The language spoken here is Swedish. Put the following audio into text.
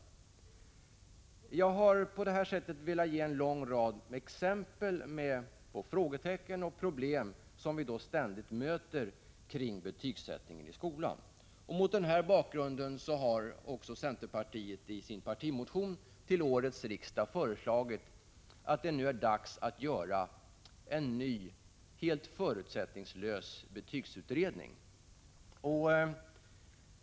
30 april 1986 Jag har på detta sätt velat ge en lång rad exempel på frågetecken och problem som ständigt dyker upp i samband med betygsättningen i skolan. Mot denna bakgrund har centerpartiet i sin partimotion till årets riksdag föreslagit att det nu är dags att göra en ny, helt förutsättningslös betygsutredning.